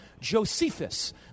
Josephus